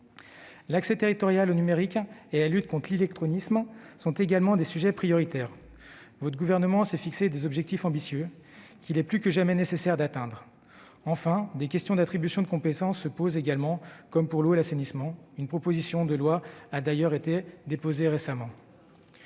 L'accès territorial au numérique et la lutte contre l'illectronisme sont d'autres sujets prioritaires. Le Gouvernement s'est fixé des objectifs ambitieux, qu'il est plus que jamais nécessaire d'atteindre. Enfin, des questions d'attribution de compétences se posent, en particulier pour l'eau et l'assainissement. Une proposition de loi a été récemment